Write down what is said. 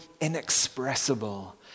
inexpressible